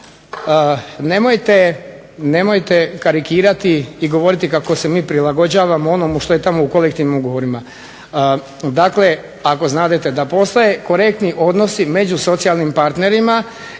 Nemojte karikirati i govoriti kako se mi prilagođavamo onomu što je tamo u kolektivnim ugovorima. Dakle, ako znadete da postoje korektni odnosi među socijalnim partnerima